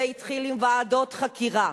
זה התחיל עם ועדות חקירה,